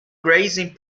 grazing